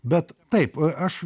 bet taip e aš